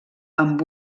amb